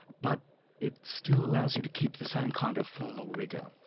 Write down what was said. but it still allows you to keep the same kind of formal rigour.